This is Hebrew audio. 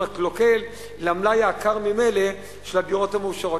הקלוקל למלאי העקר ממילא של הדירות המאושרות?